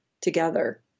together